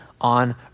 on